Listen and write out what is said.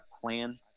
plan